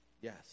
Yes